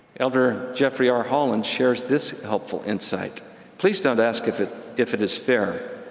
elder jeffery r. holland shares this helpful insight please don't ask if it if it is fair.